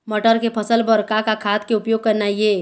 मटर के फसल बर का का खाद के उपयोग करना ये?